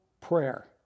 prayer